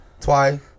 twice